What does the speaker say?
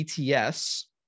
ETS